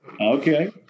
Okay